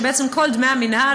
הוא שבעצם כל דמי המינהל,